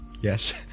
Yes